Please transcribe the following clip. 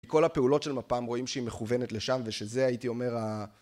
כל הפעולות של מפ״ם רואים שהיא מכוונת לשם ושזה הייתי אומר